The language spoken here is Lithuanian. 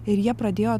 ir jie pradėjo